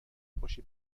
خوشی